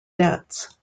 debts